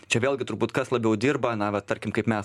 čia vėlgi turbūt kas labiau dirba na va tarkim kaip mes